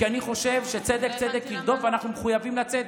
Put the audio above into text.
כי אני חושב ש"צדק צדק תרדף" ואנחנו מחויבים לצדק.